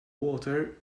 water